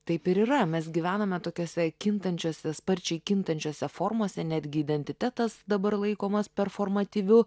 taip ir yra mes gyvename tokiose kintančiose sparčiai kintančiose formose netgi identitetas dabar laikomas performatyviu